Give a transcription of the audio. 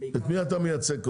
את מי אתה מייצג?